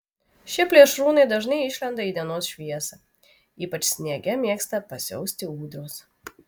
šie plėšrūnai dažnai išlenda į dienos šviesą ypač sniege mėgsta pasiausti ūdros